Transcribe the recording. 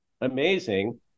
amazing